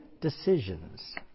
decisions